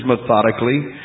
methodically